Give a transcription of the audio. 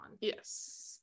Yes